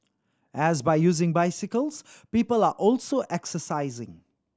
and by using bicycles people are also exercising